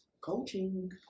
Coaching